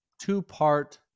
two-part